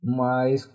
mas